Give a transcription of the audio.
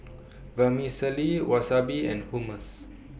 Vermicelli Wasabi and Hummus